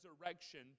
resurrection